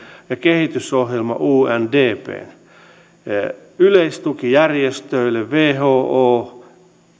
ja kehitysohjelma undpn yleistuki järjestöille who